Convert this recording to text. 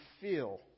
feel